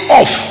off